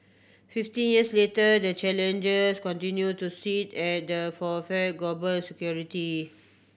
fifteen years later the challenges continue to sit at the for fear global security